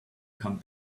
come